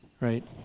right